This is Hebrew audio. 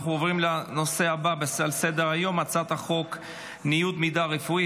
אנחנו עוברים לנושא הבא על סדר-היום: הצעת חוק ניוד מידע רפואי,